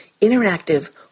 interactive